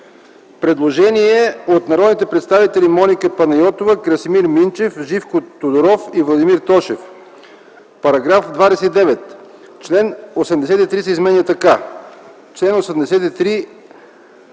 Предложение от народните представители Моника Панайотова, Красимир Минчев, Живко Тодоров и Владимир Тошев: „§ 29. Член 83 се изменя така: „Чл. 83.